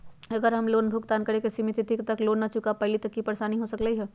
अगर हम लोन भुगतान करे के सिमित तिथि तक लोन न चुका पईली त की की परेशानी हो सकलई ह?